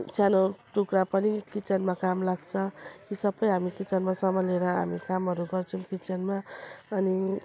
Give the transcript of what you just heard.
सानो टुक्रा पनि किचनमा काम लाग्छ ती सबै हामी किचनमा सम्हालेर हामी कामहरू गर्छौँ किचनमा अनि